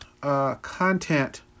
content